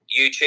YouTube